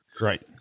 right